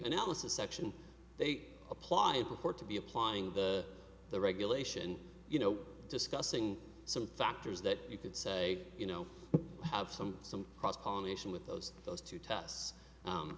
analysis section they apply before to be applying the the regulation you know discussing some factors that you could say you know have some some cross pollination with those those two tests